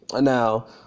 now